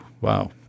wow